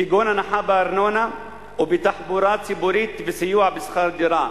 כגון הנחה בארנונה או בתחבורה ציבורית וסיוע בשכר דירה.